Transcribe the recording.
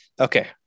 Okay